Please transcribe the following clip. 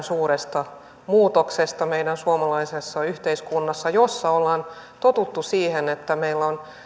suuresta muutoksesta meidän suomalaisessa yhteiskunnassa jossa ollaan totuttu siihen että meillä on